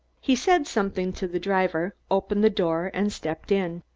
he said something to the driver, opened the door and stepped in.